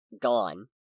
gone